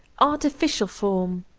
artificial form,